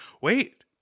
Wait